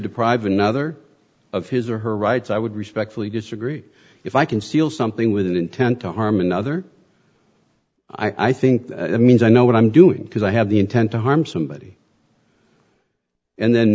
deprive another of his or her rights i would respectfully disagree if i conceal something with an intent to harm another i think it means i know what i'm doing because i have the intent to harm somebody and then